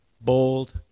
Bold